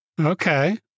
Okay